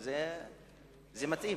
זה מתאים.